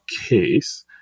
case